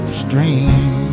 stream